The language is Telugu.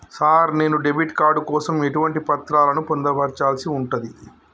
సార్ నేను డెబిట్ కార్డు కోసం ఎటువంటి పత్రాలను పొందుపర్చాల్సి ఉంటది?